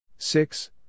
Six